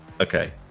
Okay